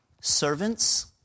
Servants